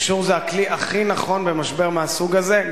גישור זה הכלי הכי נכון במשבר מהסוג הזה.